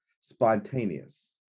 spontaneous